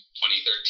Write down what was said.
2013